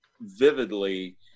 vividly